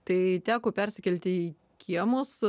tai teko persikelti į kiemus